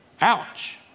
Ouch